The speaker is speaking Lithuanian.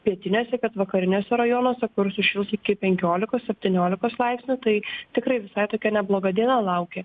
pietiniuose pietvakariniuose rajonuose kur sušils iki penkiolikos septyniolikos laipsnių tai tikrai visai tokia nebloga diena laukia